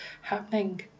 happening